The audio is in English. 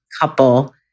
couple